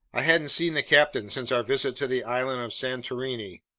i hadn't seen the captain since our visit to the island of santorini.